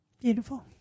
Beautiful